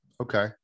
Okay